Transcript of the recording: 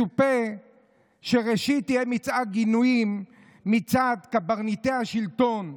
מצופה שראשית יהיה מצעד גינויים מצד קברניטי השלטון.